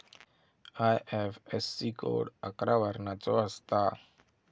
IFSC code अकरा वर्णाचो असता